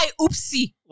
oopsie